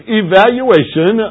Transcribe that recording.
evaluation